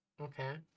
Okay